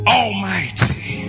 almighty